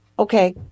Okay